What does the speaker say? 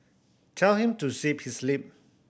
tell him to zip his lip